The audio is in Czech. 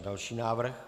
Další návrh.